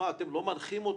אתם לא מנחים אותם?